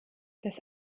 das